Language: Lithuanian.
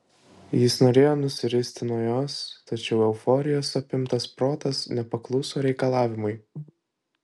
jis norėjo nusiristi nuo jos tačiau euforijos apimtas protas nepakluso reikalavimui